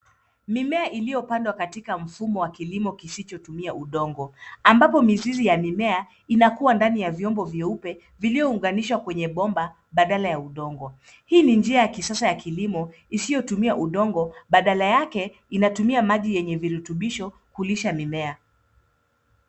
Mimea iliyo pandwa katika mfumo wa kilimo kisicho tumia udongo. Ambapo mizizi ya mimea inakuwa ndani ya vyombo vyeupe, vilivyo unganishwa kwenye bomba badala ya udongo. Hii ni njia ya kisasa ya kilimo isiyo tumia udongo, badala yake inatumia maji yenye virutubisho kulisha mimea.